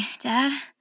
Dad